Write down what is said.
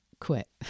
quit